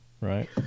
right